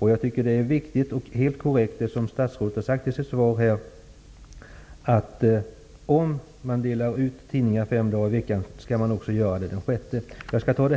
Jag tycker att det är helt korrekt, som statsrådet sagt i sitt svar, att om man delar ut tidningen fem dagar i veckan, skall man också göra det den sjätte dagen. Jag skall ta